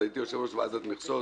הייתי יושב-ראש ועדת מכסות,